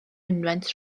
mynwent